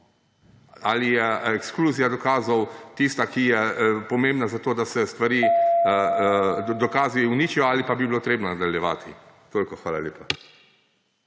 ali je ekskluzija dokazov tista, ki je pomembna, zato da se stvari, dokazi uničijo, ali pa bi bilo potrebno nadaljevati. Toliko, hvala lepa.